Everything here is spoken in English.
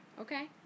Okay